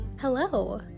hello